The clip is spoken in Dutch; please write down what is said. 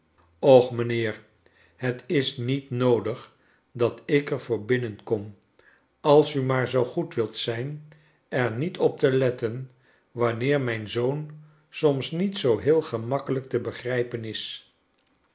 mrjnheer het is niet noodig dat ik er voor binnenkom als u maar zoo goed wilt zijn er niet op te letten wanneer mijn zoon soms niet oo heel gemakkelijk te begrijpen is